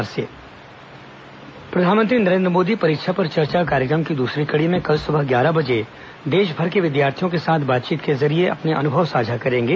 प्रधानमंत्री परीक्षा पर चर्चा प्रधानमंत्री नरेन्द्र मोदी परीक्षा पर चर्चा कार्यक्रम की दूसरी कड़ी में कल सुबह ग्यारह बजे देश भर के विद्यार्थियों के साथ बातचीत के जरिए अपने अनुभव साझा करेंगे